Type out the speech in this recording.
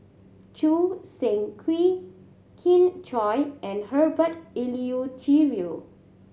Choo Seng Quee Kin Chui and Herbert Eleuterio